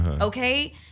okay